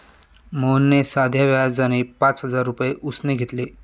मोहनने साध्या व्याजाने पाच हजार रुपये उसने घेतले